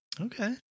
Okay